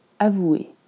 avouer